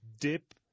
dip